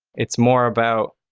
it's more about